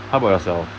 how about yourself